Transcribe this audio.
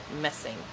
missing